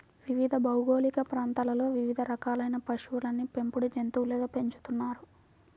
వివిధ భౌగోళిక ప్రాంతాలలో వివిధ రకాలైన పశువులను పెంపుడు జంతువులుగా పెంచుతున్నారు